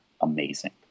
amazing